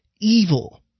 evil